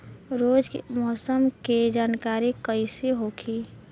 रोज के मौसम के जानकारी कइसे होखि?